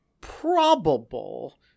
probable